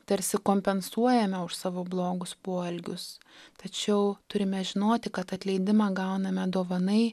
tarsi kompensuojame už savo blogus poelgius tačiau turime žinoti kad atleidimą gauname dovanai